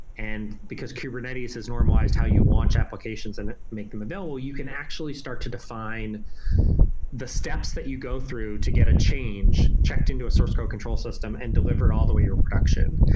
and because kubernetes has normalized how you launch applications and make them available, you can actually start to define the steps that you go through to get a change, checked into a source code control system and delivered all the way your production.